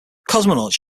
cosmonauts